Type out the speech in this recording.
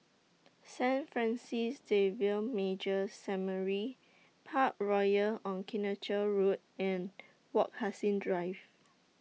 Saint Francis Xavier Major Seminary Parkroyal on Kitchener Road and Wak Hassan Drive